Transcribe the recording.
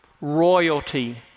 royalty